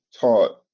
taught